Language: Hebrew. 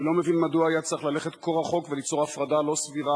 אני לא מבין מדוע היה צריך ללכת כה רחוק וליצור הפרדה לא סבירה